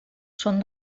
són